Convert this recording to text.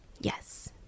Yes